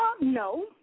No